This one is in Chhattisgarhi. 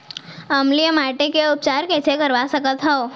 अम्लीय माटी के उपचार कइसे करवा सकत हव?